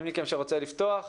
מי מכם שרוצה לפתוח,